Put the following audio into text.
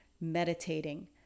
Meditating